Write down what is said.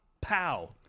pow